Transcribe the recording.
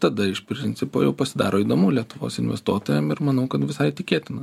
tada iš principo jau pasidaro įdomu lietuvos investuotojam ir manau kad visai tikėtina